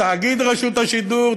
תאגיד רשות השידור,